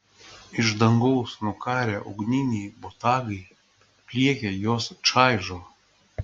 iš dangaus nukarę ugniniai botagai pliekia juos čaižo